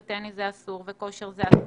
מחול, בריכות, מאמאנט, טניס וכושר זה אסור,